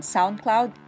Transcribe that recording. SoundCloud